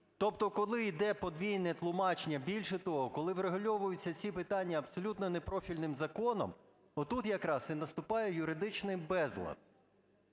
Тобто коли іде подвійне тлумачення, більше того, коли врегульовуються ці питання абсолютно непрофільним законом, от тут якраз і наступає юридичний безлад,